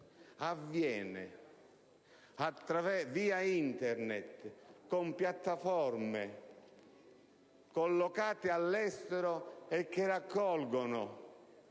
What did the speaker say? avviene via Internet, con piattaforme collocate all'estero, che raccolgono